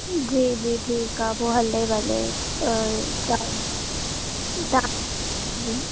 जी जी ठीक आहे पोइ हले भले जी